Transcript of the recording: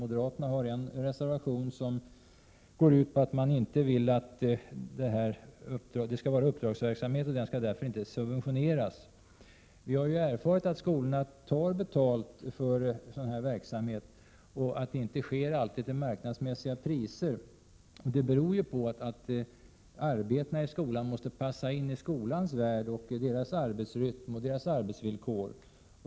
Moderaterna har en reservation, som går ut på att denna verksamhet skall bedrivas som uppdragsverksamhet och därmed inte subventioneras. Vi Prot. 1987/88:132 har erfarit att skolorna tar betalt för sådan här verksamhet och att priserna — 2 juni 1988 inte alltid är marknadsmässiga. Det beror på att arbetena i skolan måste passa in i skolans värld, i skolans arbetsrytm och i skolans arbetsvillkor.